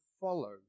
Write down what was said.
follow